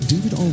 David